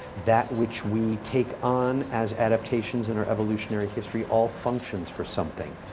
that which we take on, as adaptations in our evolutionary history, all functions for something.